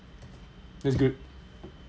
that's good